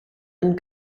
and